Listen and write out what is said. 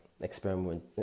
experiment